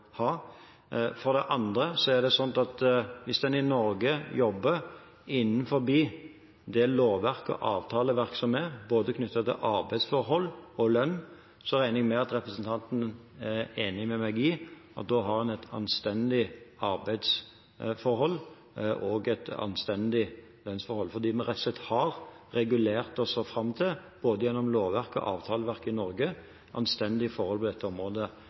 ha. For det andre er det slik at hvis en i Norge jobber innenfor det lovverk og det avtaleverk som er, knyttet til både arbeidsforhold og lønn, regner jeg med at representanten er enig med meg i at da har en et anstendig arbeidsforhold og et anstendig lønnsforhold. Det er fordi vi rett og slett har regulert oss fram til – både gjennom lovverket og gjennom avtaleverket i Norge – anstendige forhold på dette området,